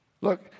Look